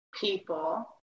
people